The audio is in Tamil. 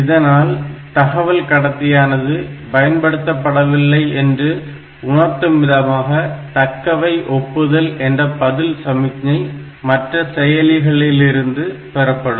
இதனால் தகவல் கடத்தியானது பயன்படுத்தப்படவில்லை என்று உணர்த்தும் விதமாக தக்கவை ஒப்புதல் என்ற பதில்சமிக்ஞை மற்ற செயலிகளிலிருந்து பெறப்படும்